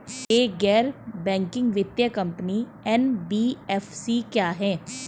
एक गैर बैंकिंग वित्तीय कंपनी एन.बी.एफ.सी क्या है?